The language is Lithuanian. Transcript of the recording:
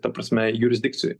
ta prasme jurisdikcijoj